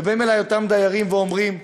ובאים אלי אותם דיירים ואומרים: